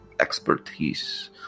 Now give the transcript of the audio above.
expertise